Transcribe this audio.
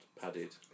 padded